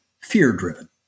fear-driven